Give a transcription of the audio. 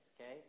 Okay